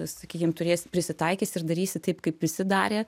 sakykim turės prisitaikysi ir darysi taip kaip visi darė